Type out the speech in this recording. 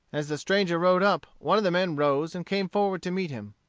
as the stranger rode up, one of the men rose and came forward to meet him.